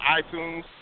iTunes